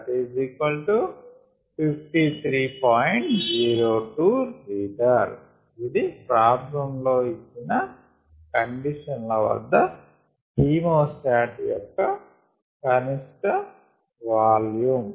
02 l ఇది ప్రాబ్లంలో ఇచ్చిన కండిషన్ ల వద్ద ఖీమో స్టాట్ యొక్క కనిష్ట వాల్యూమ్